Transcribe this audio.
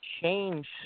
change